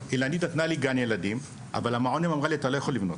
אילנית נתנה לי גן ילדים אבל אמרה לי: את מעון היום אתה לא יכול לבנות,